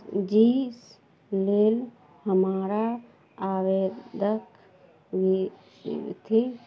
जीस लेल हमारा आवेदक अथी